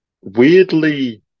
weirdly